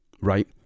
right